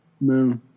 No